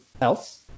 else